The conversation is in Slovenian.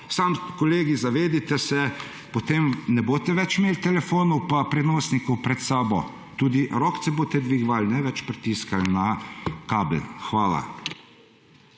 Samo, kolegi, zavedajte se, potem ne boste več imeli telefonov pa prenosnikov pred sabo, tudi rokice boste dvigovali, ne več pritiskal na kabel. Hvala.